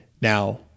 Now